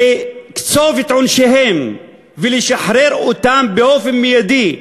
לקצוב את עונשיהם ולשחרר אותם באופן מיידי,